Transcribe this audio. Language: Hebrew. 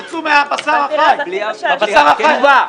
קיצצו מבשר החי, מבשר החי.